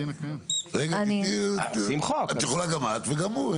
את יכולה גם את וגם הוא.